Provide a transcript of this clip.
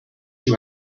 you